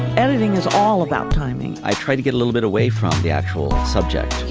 editing is all about timing. i tried to get a little bit away from the actual so but yeah